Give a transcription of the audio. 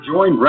Join